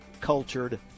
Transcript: cultured